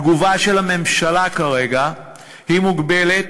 התגובה של הממשלה כרגע היא מוגבלת,